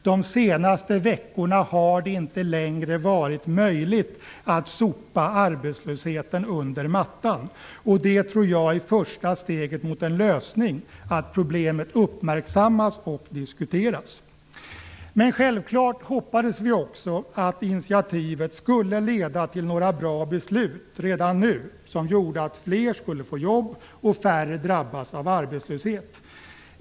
De senaste veckorna har det inte varit möjligt att sopa arbetslösheten under mattan. Att problemet uppmärksammas och diskuteras tror jag är första steget mot en lösning. Självfallet hoppades vi också att initiativet skulle leda till några bra beslut redan nu, som gjorde att fler skulle få jobb och färre drabbas av arbetslöshet.